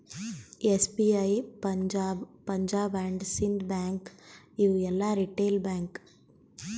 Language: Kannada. SBI, Punjab, Punjab and Sindh bank ಇವು ಎಲ್ಲಾ ರಿಟೇಲ್ ಬ್ಯಾಂಕ್